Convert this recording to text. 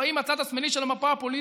שבאים מהצד השמאלי של המפה הפוליטית,